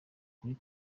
kuri